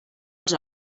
els